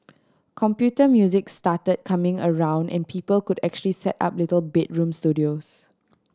computer music started coming around and people could actually set up little bedroom studios